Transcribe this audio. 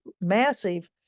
massive